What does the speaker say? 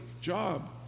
job